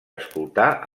escoltar